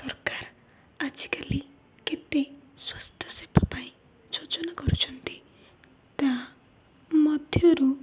ସରକାର ଆଜିକାଲି କେତେ ସ୍ୱାସ୍ଥ୍ୟ ସେବା ପାଇଁ ଯୋଜନା କରୁଛନ୍ତି ତା ମଧ୍ୟରୁ